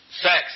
Sex